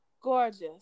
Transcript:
gorgeous